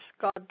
God